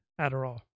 Adderall